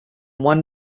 one